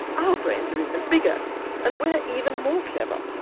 our brains are even bigger and we're even more clever.